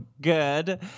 good